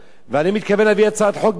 ואני מתכוון להביא הצעת חוק בעניין הזה.